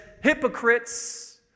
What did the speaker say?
hypocrites